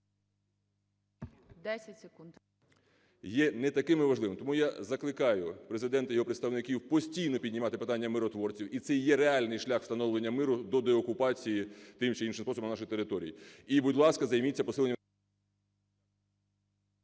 КРИВЕНКО В.М. Є не такими важливими. Тому я закликаю Президента і його представників постійно піднімати питання миротворців. І це є реальний шлях встановлення миру до деокупації тим чи іншим способом на нашій території. І, будь ласка, займіться посиленням…